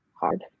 hard